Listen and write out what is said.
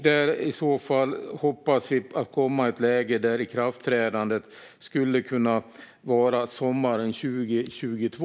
Vi hoppas komma i ett läge där ikraftträdandet skulle kunna ske sommaren 2022.